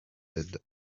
d’aide